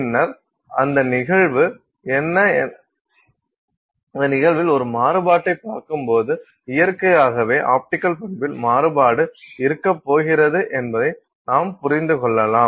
பின்னர் அந்த நிகழ்வில் ஒரு மாறுபாட்டை பார்க்கும்போது இயற்கையாகவே ஆப்டிக்கல் பண்பில் மாறுபாடு இருக்கப்போகிறது என்பதை நாம் புரிந்து கொள்ளலாம்